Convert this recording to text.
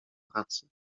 pracy